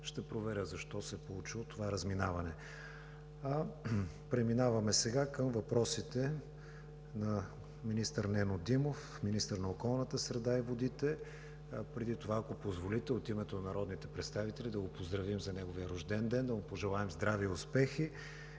Ще проверя защо се е получило това разминаване. Преминаваме сега към въпросите на министър Нено Димов – министър на околната среда и водите. Преди това, ако позволите, от името на народните представители да го поздравим за неговия рожден ден и да му пожелаем здраве и успехи!